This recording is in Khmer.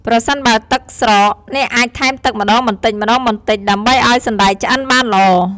ប្រសិនបើទឹកស្រក អ្នកអាចថែមទឹកម្ដងបន្តិចៗ ដើម្បីឱ្យសណ្ដែកឆ្អិនបានល្អ។